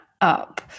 up